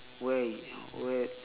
where is where